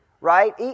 right